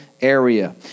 area